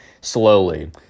slowly